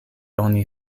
oni